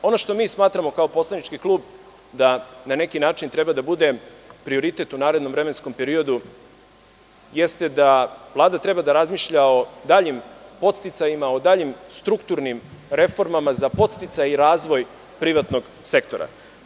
Ono što mi smatramo kao poslanički klub da na neki način treba da bude prioritet u narednom vremenskom periodu jeste da Vlada treba da razmišlja o daljim podsticajima, o daljim strukturnim reformama za podsticaj i razvoj privatnog sektora.